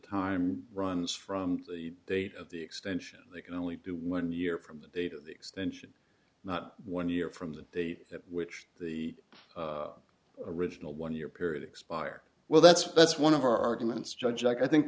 time runs from the date of the extension they can only do one year from the date of the extension not one year from the a which the original one year period expire well that's that's one of our arguments judge i think